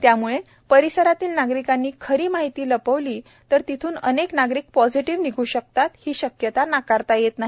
त्यामुळे परिसरातील नागरिकांनी खरी माहिती लपविली तर तेथून अनेक नागरिक पॉझिटिव्ह निघू शकतात ही शक्यता नाकारता येत नाही